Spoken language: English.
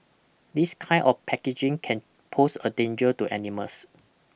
this kind of packaging can pose a danger to animals